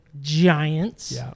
Giants